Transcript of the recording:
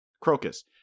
Crocus